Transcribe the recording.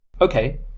Okay